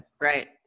Right